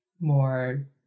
more